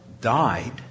died